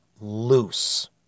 loose